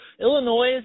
Illinois